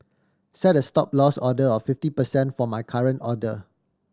set a Stop Loss order of fifty percent for my current order